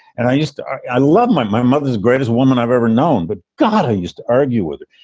and i used to i love my my mother's greatest woman i've ever known. but god, i used to argue with it.